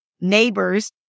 neighbors